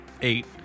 eight